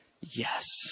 yes